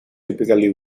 typically